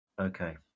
Okay